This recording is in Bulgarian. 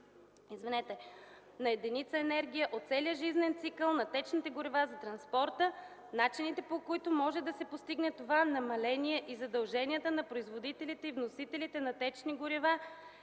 на единица енергия от целия жизнен цикъл на течните горива за транспорта, начините, по които може да се постигне това намаление, и задълженията на производителите и вносителите на течни горива